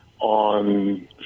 on